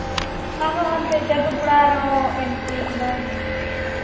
ᱟᱨᱦᱚᱸ ᱦᱟᱱᱛᱮ ᱡᱟᱹᱫᱩᱜᱳᱲᱟ ᱨᱮᱦᱚᱸ ᱮᱱᱴᱨᱤ ᱠᱟᱱᱟ